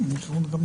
לפרוטוקול מה